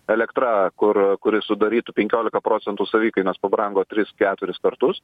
elektra kur kuri sudarytų penkiolika procentų savikainos pabrango tris keturis kartus